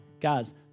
guys